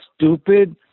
stupid